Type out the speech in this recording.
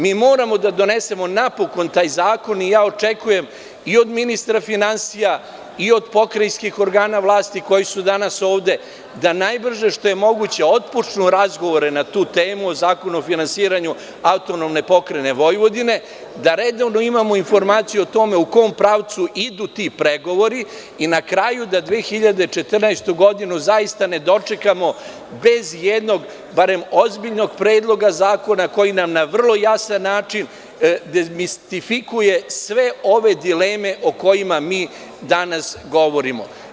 Mi moramo da donesemo napokon taj zakon i ja očekujem i od ministra finansija i od pokrajinskih organa vlasti koji su danas ovde da najbrže što je moguće otpočnu razgovore na tu temu o zakonu o finansiranju AP Vojvodine, da redovno imamo informacije o tome u kom pravcu idu ti pregovori i na kraju da 2014. godinu zaista ne dočekamo bez barem jednog ozbiljnog predloga zakona koji nam na vrlo jasan način demistifikuje sve ove dileme o kojima mi danas govorimo.